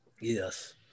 Yes